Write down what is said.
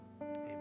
Amen